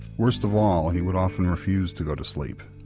worst of all he would often refuse to go to sleep,